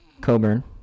Coburn